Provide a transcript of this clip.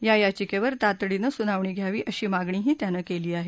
या याचिकेवर तातडीनं सुनावणी घ्यावी अशी मागणीही त्यानं केली आहे